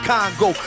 Congo